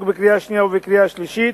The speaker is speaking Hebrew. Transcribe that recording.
בקריאה השנייה ובקריאה השלישית,